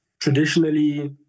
traditionally